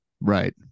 Right